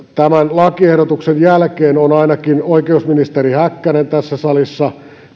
lakiehdotuksen jälkeen on ainakin oikeusministeri häkkänen tässä salissa